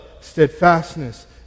steadfastness